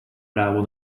právo